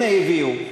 הנה, הביאו.